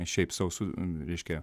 šiaip sau su reiškia